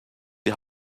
die